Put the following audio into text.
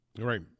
Right